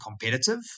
competitive